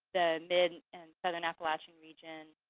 the mid and southern appalachian region,